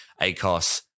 ACOS